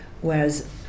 Whereas